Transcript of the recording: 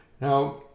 Now